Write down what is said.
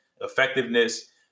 effectiveness